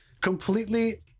completely